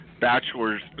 bachelor's